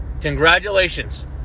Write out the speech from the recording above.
congratulations